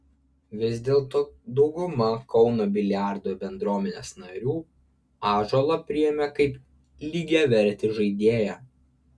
vis dėlto dauguma kauno biliardo bendruomenės narių ąžuolą priėmė kaip lygiavertį žaidėją